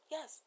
Yes